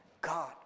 God